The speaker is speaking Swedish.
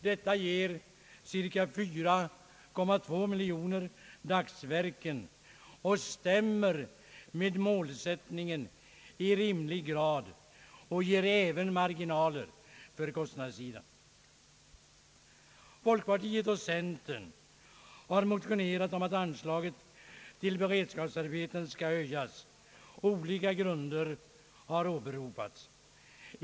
Detta ger sammanlagt cirka 4,2 miljoner dagsverken. Det stämmer med målsättningen i rimlig grad samt ger även marginaler för kostnadssidan. Folkpartiet och centerpartiet har motionerat om att anslaget till beredskapsarbeten skall höjas. Olika grunder har åberopats.